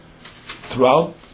throughout